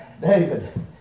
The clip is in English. David